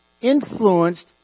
influenced